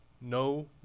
no